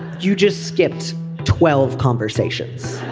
you just skipped twelve conversations